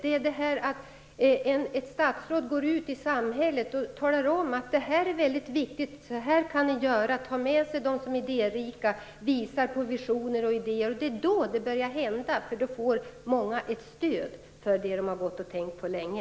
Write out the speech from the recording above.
Ett statsråd skall gå ut i samhället och tala om att det här är väldigt viktigt och visa hur man kan göra. Han skall ta med sig de som är idérika och visa på idéer och visioner. Det är då det börjar hända saker, därför att då får många ett stöd för det som de har gått och tänkt på länge.